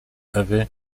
ewy